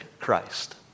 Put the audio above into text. Christ